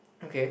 okay